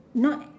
not